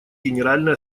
генеральной